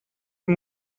und